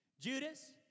Judas